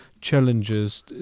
challenges